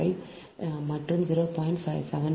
5 மற்றும் 0